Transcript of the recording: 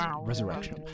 Resurrection